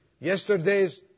Yesterday's